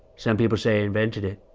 some people say i invented it.